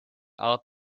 out